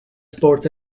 sports